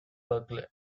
berkeley